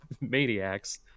maniacs